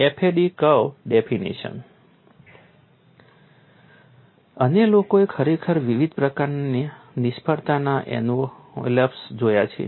FDA curve definition અને લોકોએ ખરેખર વિવિધ પ્રકારના નિષ્ફળતાના એન્વેલોપ્સ જોયા છે